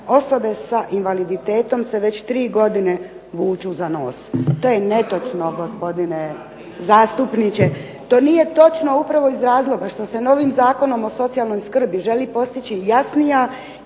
"Osobe sa invaliditetom se već 3 godine vuku za nos." To je netočno, gospodine zastupniče. To nije točno upravo iz razloga što se novim Zakonom o socijalnoj skrbi želi postići jasnija i određenija